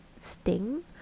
sting